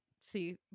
see